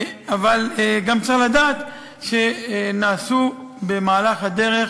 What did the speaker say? אבל גם צריך לדעת שנעשו במהלך הדרך,